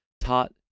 Taught